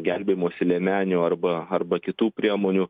gelbėjimosi liemenių arba arba kitų priemonių